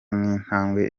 nk’intambwe